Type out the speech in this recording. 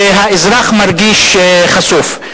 והאזרח מרגיש חשוף.